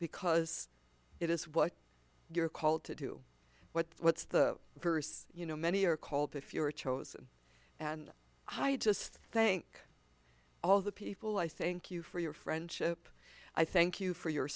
because it is what you're called to do what what's the verse you know many are called if you are chosen and i just thank all the people i thank you for your friendship i thank you for your